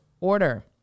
order